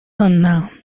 unknown